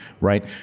right